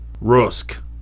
rusk